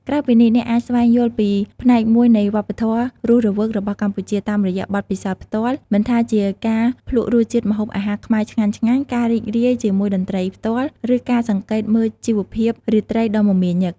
នៅទីនេះ អ្នកអាចស្វែងយល់ពី ផ្នែកមួយនៃវប្បធម៌រស់រវើករបស់កម្ពុជា តាមរយៈបទពិសោធន៍ផ្ទាល់ មិនថាជាការភ្លក្សរសជាតិម្ហូបអាហារខ្មែរឆ្ងាញ់ៗ ការរីករាយជាមួយតន្ត្រីផ្ទាល់ ឬការសង្កេតមើលជីវភាពរាត្រីដ៏មមាញឹក។